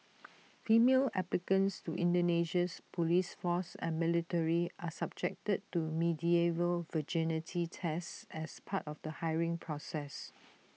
female applicants to Indonesia's Police force and military are subjected to medieval virginity tests as part of the hiring process